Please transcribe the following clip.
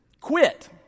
Quit